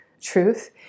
truth